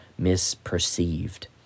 misperceived